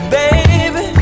baby